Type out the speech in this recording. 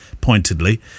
pointedly